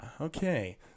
okay